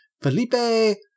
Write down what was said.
Felipe